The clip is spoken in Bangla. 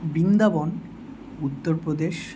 বৃন্দাবন উত্তর প্রদেশ